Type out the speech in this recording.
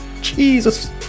Jesus